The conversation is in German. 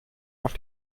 auf